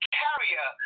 carrier